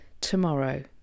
tomorrow